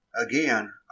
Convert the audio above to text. Again